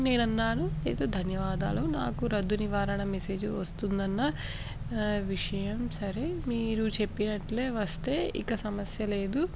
నేను ఉన్నాను మీకు ధన్యవాదాలు నాకు రద్దు నివారణ మెసేజ్ వస్తుందన్న విషయం సరే మీరు చెప్పినట్లే వస్తే ఇక సమస్య లేదు